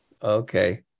Okay